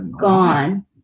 gone